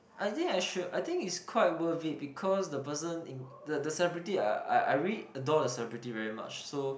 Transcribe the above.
I think I should I think it's quite worth it because the person in the the celebrity I I I really adore the celebrity very much so